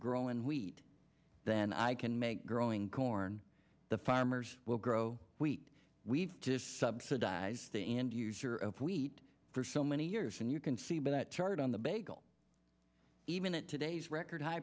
grow in wheat than i can make growing corn the farmers will grow wheat we just subsidize the end user of wheat for so many years and you can see by that chart on the bagel even at today's record high